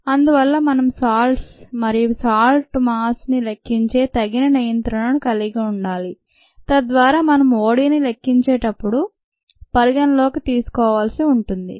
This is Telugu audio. అందువల్ల మనం సాల్ట్స్ మరియు సాల్ట్స్ మాస్ ని లెక్కించే తగిన నియంత్రణను కలిగి ఉండాలి తద్వారా మనం ODని లెక్కించేటప్పుడు పరిగణనలోకి తీసుకోవాల్సి ఉంటుంది